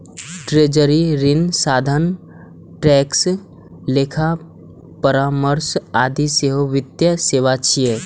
treasury, ऋण साधन, tax, लेखा परामर्श आदि सेहो वित्तीय सेवा छियै